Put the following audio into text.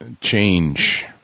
change